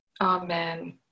Amen